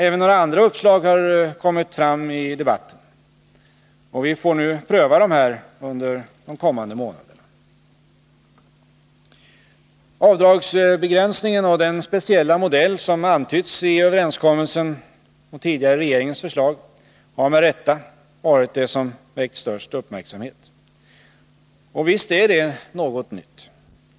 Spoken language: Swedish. Även några andra uppslag har kommit fram i debatten, och vi får nu pröva dessa under de kommande månaderna. Avdragsbegränsningen och den speciella modell som antytts i överenskommelsen — och tidigare i regeringens förslag — har, med rätta, varit det som väckt störst uppmärksamhet. Och visst är det något nytt.